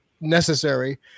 necessary